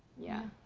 yeah.